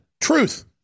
Truth